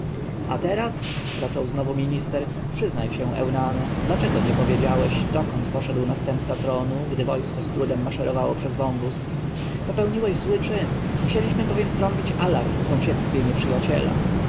a teraz zaczął znowu minister przyznaj się eunano dlaczego nie powiedziałeś gdzie poszedł następca tronu gdy wojsko z trudem maszerowało przez wąwóz popełniłeś zły czyn musieliśmy bowiem trąbić alarm w sąsiedztwie nieprzyjaciela